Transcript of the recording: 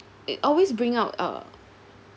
it always bring out uh